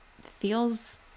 feels